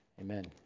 Amen